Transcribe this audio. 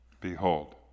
Behold